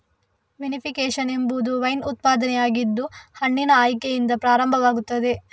vinification ಎಂಬುದು wine ಉತ್ಪಾದನೆಯಾಗಿದ್ದು ಹಣ್ಣಿನ ಆಯ್ಕೆಯಿಂದ ಪ್ರಾರಂಭವಾಗುತ್ತದೆ